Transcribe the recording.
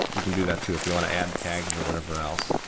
you can do that too. if you wanna add tags, or whatever else.